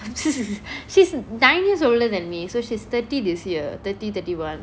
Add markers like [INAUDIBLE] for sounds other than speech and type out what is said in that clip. [LAUGHS] she's nine years older than me so she's thirty this year thirty thirty one